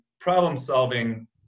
problem-solving